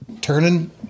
turning